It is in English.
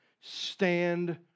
stand